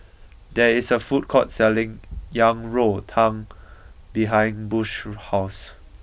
there is a food called selling Yang Rou Tang behind Bush's house